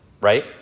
right